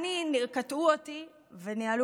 קטעו אותי וניהלו פה שיח,